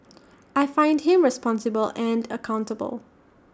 I find him responsible and accountable